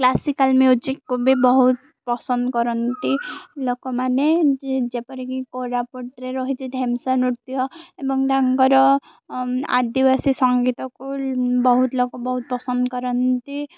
classical ମ୍ୟୁଜିକକୁ ବି ବହୁତ ପସନ୍ଦ କରନ୍ତି ଲୋକମାନେ ଯେପରିକି କୋରାପୁଟରେ ରହିଛି ଢେମ୍ସା ନୃତ୍ୟ ଏବଂ ତାଙ୍କର ଆଦିବାସୀ ସଙ୍ଗୀତକୁ ବହୁତ ଲୋକ ବହୁତ ପସନ୍ଦ କରନ୍ତି